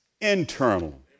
internal